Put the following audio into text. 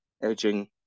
edging